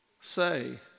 say